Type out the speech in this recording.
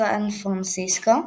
סן פרנסיסקו,